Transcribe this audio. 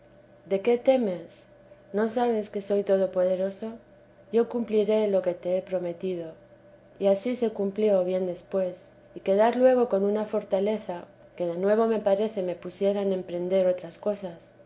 de qué temes no sabes que soy todopoderoso yo cumpliré lo que u prometido y ansí se cumplió bien después y quedar luego con una fortaleza que de nuevo me parece me pusiera en emprender otras cosas